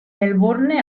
melbourne